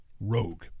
Rogue